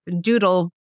doodle